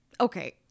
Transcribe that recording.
Okay